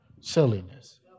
silliness